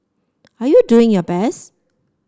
are you doing your best